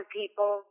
people